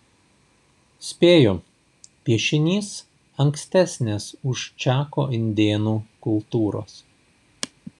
spėju piešinys ankstesnės už čako indėnų kultūros